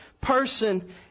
person